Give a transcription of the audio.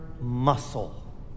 muscle